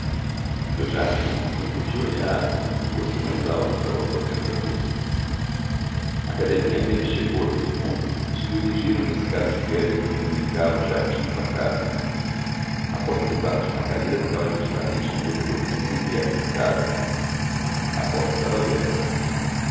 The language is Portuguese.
do jardim não podia olhar ainda que fosse mais alto para o aposento da moça a cadelinha apenas chegou àquele ponto subiu ligeira uma escada de pedra que comunicava o jardim com a casa a porta do quarto de margarida ficava justamente no corredor que se seguia à escada a porta estava aberta